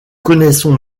connaissons